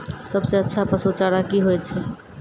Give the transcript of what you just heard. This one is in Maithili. सबसे अच्छा पसु चारा की होय छै?